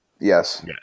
Yes